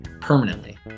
permanently